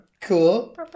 cool